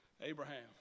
Abraham